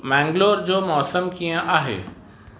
मेंगलोर जो मौसमु कीअं आहे